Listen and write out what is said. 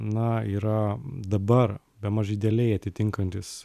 na yra dabar bemaž idealiai atitinkantis